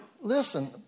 Listen